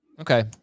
Okay